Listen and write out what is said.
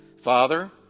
Father